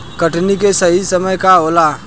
कटनी के सही समय का होला?